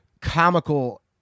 comical